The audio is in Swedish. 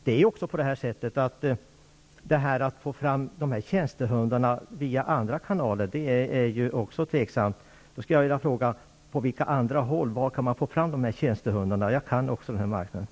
Det är tveksamt att få fram dessa tjänstehundar via andra kanaler. Från vilka andra håll kan man få fram sådana här tjänstehundar? Jag kan också den här marknaden.